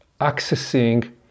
accessing